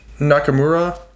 Nakamura